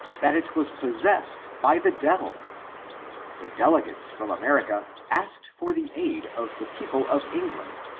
that it was pos sessed by the devil the delegates from america asked for the aid of the people of england,